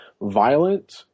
violent